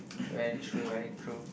very true very true